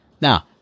Now